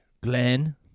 Glenn